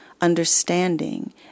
understanding